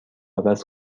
عوض